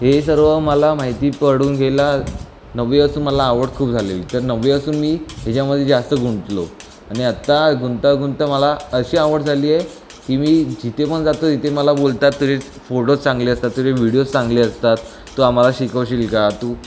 हे सर्व मला माहिती पडून घेला नववी असून मला आवड खूप झालेली तर नववी असून मी हेच्यामध्ये जास्त गुंतलो आणि आत्ता गुंतता गुंतता मला अशी आवड झाली आहे की मी जिथे पण जातो तिथे मला बोलतात तुझे फोटोज चांगले असतात तुझे व्हीडीओज चांगले असतात तू आम्हाला शिकवशील का तू